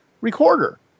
recorder